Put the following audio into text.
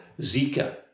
Zika